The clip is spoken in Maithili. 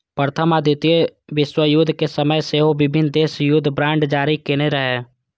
प्रथम आ द्वितीय विश्वयुद्ध के समय सेहो विभिन्न देश युद्ध बांड जारी केने रहै